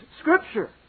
Scripture